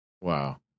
Wow